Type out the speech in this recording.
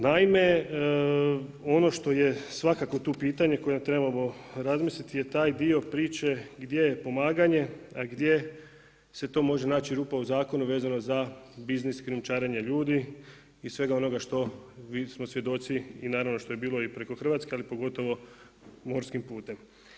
Naime, ono što je svakako tu pitanje koje trebamo razmisliti je taj dio priče gdje je pomaganje a gdje se to može naći rupa u zakonu vezano za biznis, krijumčarenje ljudi i svega onoga što smo svjedoci i naravno što je bilo i preko Hrvatske ali pogotovo morskim putem.